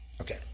Okay